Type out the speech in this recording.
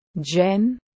jen